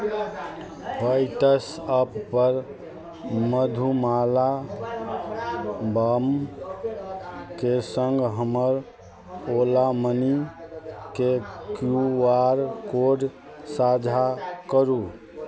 वॉट्सअपपर मधुमाला बमके सङ्ग हमर ओला मनीके क्यू आर कोड साझा करू